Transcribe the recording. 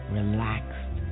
relaxed